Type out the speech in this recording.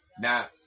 Now